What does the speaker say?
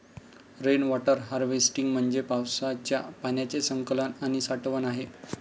rain water harvesting म्हणजे पावसाच्या पाण्याचे संकलन आणि साठवण आहे